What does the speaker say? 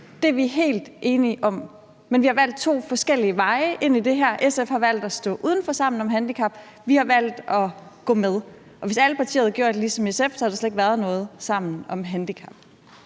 Det er vi helt enige om, men vi har valgt to forskellige veje ind i det her. SF har valgt at stå uden for Sammen om handicap, vi har valgt at gå med. Hvis alle partier havde gjort ligesom SF, havde der slet ikke været noget Sammen om handicap.